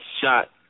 shot